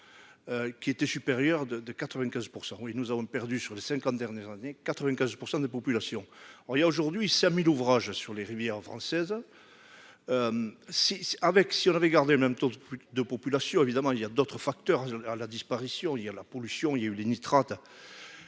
qui était supérieure de de 95 % oui nous avons perdu sur les 50 dernières années 95 % des populations, alors il y a aujourd'hui 5000 ouvrages sur les rivières françaises si avec si on avait gardé le même taux de population, évidemment, il y a d'autres facteurs, la disparition, il y a la pollution il y a eu les nitrates